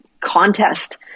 contest